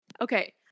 Okay